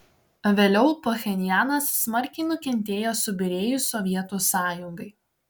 vėliau pchenjanas smarkiai nukentėjo subyrėjus sovietų sąjungai